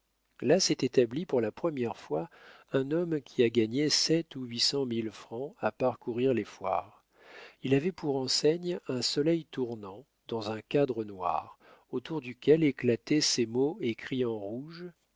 là s'est établi pour la première fois un homme qui a gagné sept ou huit cent mille francs à parcourir les foires il avait pour enseigne un soleil tournant dans un cadre noir autour duquel éclataient ces mots écrits en rouge